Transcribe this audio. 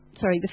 Sorry